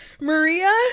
Maria